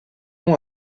nom